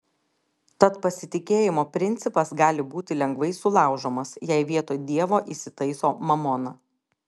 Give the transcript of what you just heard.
tad pasitikėjimo principas gali būti lengvai sulaužomas jei vietoj dievo įsitaiso mamona